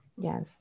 Yes